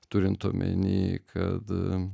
turint omeny kad